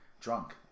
drunk